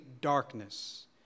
darkness